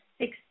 six